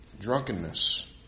drunkenness